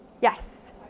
Yes